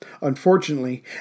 Unfortunately